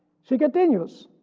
she continues,